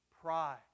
Pride